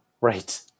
Right